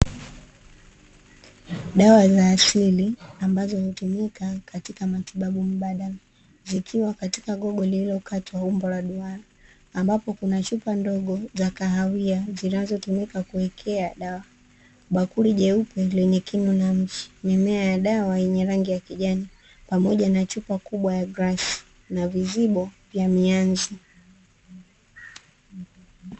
Dawa za asili ambazo hutumika katika matibabu mbadala zikiwa katika gogo lililokatwa umbo la duara. Ambapo kuna chupa ndogo za kahawia zinazotumika kuwekea dawa, bakuli jeupe lenye kinu na mchi, mimea ya dawa yenye rangi ya kijani pamoja na chupa kubwa ya glasi na vizibo vya mianzi.